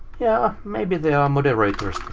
yeah, maybe there are moderators